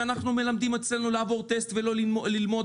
שאנחנו מלמדים אצלנו לעבור טסט ולא ללמוד